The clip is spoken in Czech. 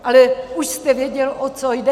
Ale už jste věděl, o co jde.